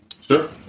sure